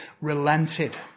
relented